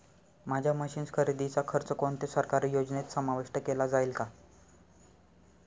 माझ्या मशीन्स खरेदीचा खर्च कोणत्या सरकारी योजनेत समाविष्ट केला जाईल का?